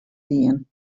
dien